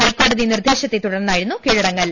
ഹൈക്കോടതി നിർദേശത്തെ തുടർന്നായിരുന്നു കീഴട ങ്ങൽ